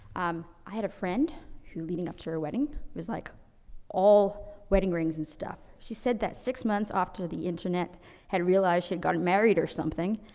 um, i had a friend who leading up to her wedding was like all wedding rings and stuff. she said that six months after the internet had realized she had gotten married or something,